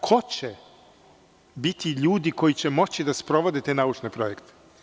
Ko će biti ljudi koji će moći da sprovode te naučne projekte?